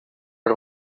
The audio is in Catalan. per